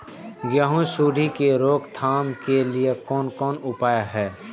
गेहूँ सुंडी के रोकथाम के लिये कोन कोन उपाय हय?